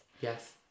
Yes